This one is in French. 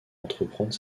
entreprendre